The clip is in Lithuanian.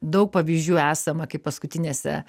daug pavyzdžių esama kaip paskutinėse